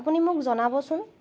আপুনি মোক জনাবচোন